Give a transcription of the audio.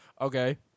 Okay